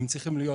צריכים להיות